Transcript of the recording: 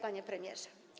Panie Premierze!